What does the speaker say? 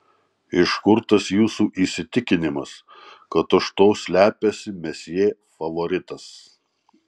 iš kur tas jūsų įsitikinimas kad už to slepiasi mesjė favoritas